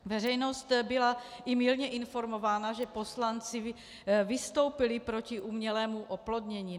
Veřejnost byla i mylně informována, že poslanci vystoupili proti umělému oplodnění.